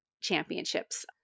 championships